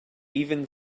even